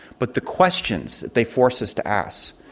but the questions that they force us to ask.